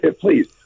Please